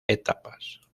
etapas